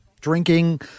drinking